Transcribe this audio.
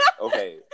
Okay